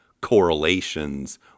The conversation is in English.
correlations